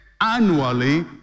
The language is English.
annually